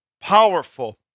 powerful